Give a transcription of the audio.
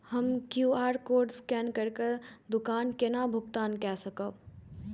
हम QR code scan करके दुकान केना भुगतान काय सकब?